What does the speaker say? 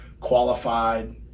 qualified